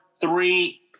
three